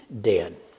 dead